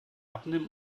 abnimmt